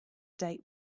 date